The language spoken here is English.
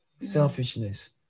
selfishness